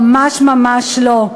ממש ממש לא.